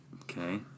Okay